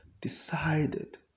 decided